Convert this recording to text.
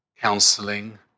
counseling